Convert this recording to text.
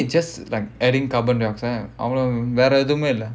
isn't it just like adding carbon dioxide வேற எதுவுமே இல்ல:vera edhuvumae illa